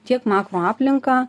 tiek makroaplinką